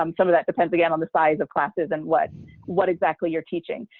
um some of that depends again on the size of classes and what what exactly you're teaching,